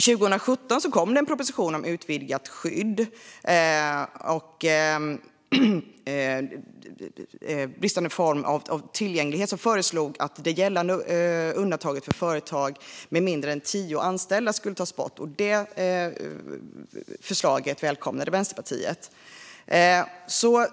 År 2017 kom en proposition om utvidgat skydd mot diskriminering i form av bristande tillgänglighet, som föreslog att det gällande undantaget för företag med mindre än tio anställda skulle tas bort. Vänsterpartiet välkomnade det förslaget.